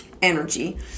energy